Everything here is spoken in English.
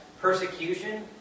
Persecution